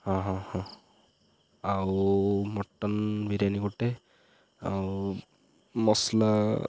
ହଁ ହଁ ହଁ ଆଉ ମଟନ ବିରିୟାନୀ ଗୋଟେ ଆଉ ମସଲା